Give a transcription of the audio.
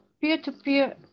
peer-to-peer